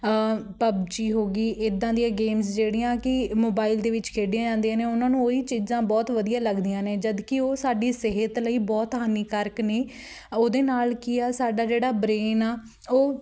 PUBG ਹੋ ਗਈ ਇੱਦਾਂ ਦੀਆਂ ਗੇਮਸ ਜਿਹੜੀਆਂ ਕਿ ਮੋਬਾਈਲ ਦੇ ਵਿੱਚ ਖੇਡੀਆਂ ਜਾਂਦੀਆਂ ਨੇ ਉਹਨਾਂ ਨੂੰ ਉਹੀ ਚੀਜ਼ਾਂ ਬਹੁਤ ਵਧੀਆ ਲੱਗਦੀਆਂ ਨੇ ਜਦਕਿ ਉਹ ਸਾਡੀ ਸਿਹਤ ਲਈ ਬਹੁਤ ਹਾਨੀਕਾਰਕ ਨੇ ਉਹਦੇ ਨਾਲ ਕੀ ਹੈ ਸਾਡਾ ਜਿਹੜਾ ਬਰੇਨ ਹੈ ਉਹ